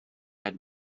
had